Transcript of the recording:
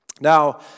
Now